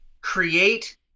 create